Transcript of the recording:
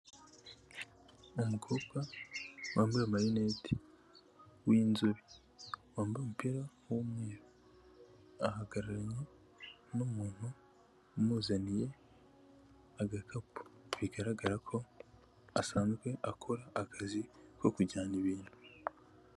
Umukobwa wambaye amarinete, w'inzobe wambaye umupira w'umweru ahagararanye n'umuntu umuzaniye agakapu bigaragara ko asanzwe akora akazi ko kujyana ibintu.